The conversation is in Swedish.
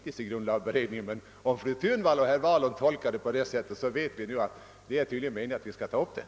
Men när såväl fru Thunvall som herr Wahlund, bägge l1edamöter av konstitutionsutskottet, tolkar dem på det sättet vet vi nu att det är meningen att vi skall ta upp frågan.